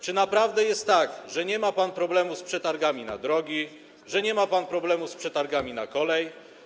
Czy naprawdę jest tak, że nie ma pan problemu z przetargami na drogi, że nie ma pan problemu z przetargami na kolej?